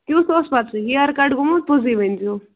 کٮُ۪تھ اوس پَتہٕ سُہ ہِیَر کَٹ گوٚمُت پوٚزُے ؤنۍ زیٚو